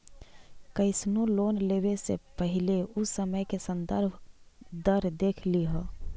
कइसनो लोन लेवे से पहिले उ समय के संदर्भ दर देख लिहऽ